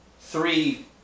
three